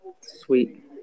Sweet